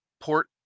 Port